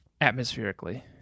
atmospherically